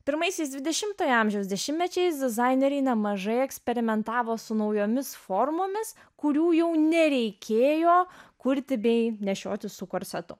pirmaisiais dvidešimtojo amžiaus dešimtmečiais dizaineriai nemažai eksperimentavo su naujomis formomis kurių jau nereikėjo kurti bei nešiotis su korsetu